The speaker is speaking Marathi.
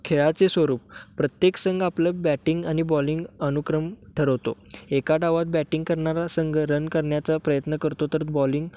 खेळाचे स्वरूप प्रत्येक संघ आपलं बॅटिंग आणि बॉलिंग अनुक्रम ठरवतो एका डावात बॅटिंग करणारा संघ रन करण्याचा प्रयत्न करतो तर बॉलिंग